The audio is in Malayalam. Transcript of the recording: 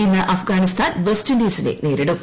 ഇന്ന് അഫ്ഗാനിസ്ഥാൻ പ്ടെസ്റ്റ് ഇൻഡീസിനെ നേരിടും